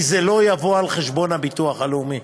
כי זה לא יבוא על חשבון הביטוח הלאומי.